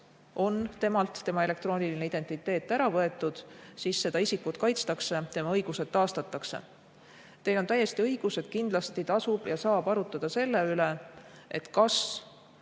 on temalt tema elektrooniline identiteet ära võetud, seda isikut kaitsta ja tema õigused taastada. Teil on täiesti õigus, et kindlasti tasub ja saab arutada selle üle, kas